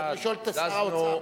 את שר האוצר.